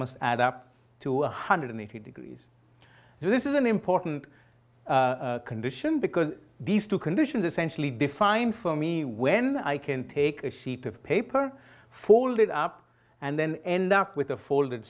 must add up to one hundred eighty degrees this is an important condition because these two conditions essentially define for me when i can take a sheet of paper folded up and then end up with a folded